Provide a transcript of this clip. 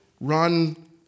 run